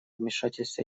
вмешательства